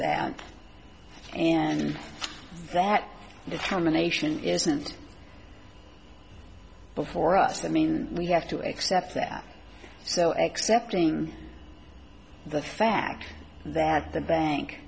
that and that determination isn't before us that mean we have to accept that so accepting the fact that the bank